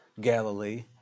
Galilee